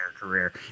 career